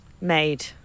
made